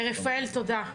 רפאל, תודה.